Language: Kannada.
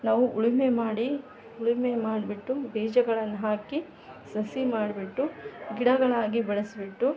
ನಾವು ಉಳುಮೆ ಮಾಡಿ ಉಳುಮೆ ಮಾಡಿಬಿಟ್ಟು ಬೀಜಗಳನ್ನು ಹಾಕಿ ಸಸಿ ಮಾಡಿಬಿಟ್ಟು ಗಿಡಗಳಾಗಿ ಬೆಳ್ಸಿ ಬಿಟ್ಟು